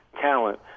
talent